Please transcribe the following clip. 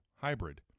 Hybrid